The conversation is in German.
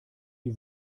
die